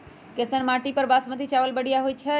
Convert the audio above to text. कैसन माटी पर बासमती चावल बढ़िया होई छई?